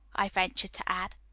i ventured to add.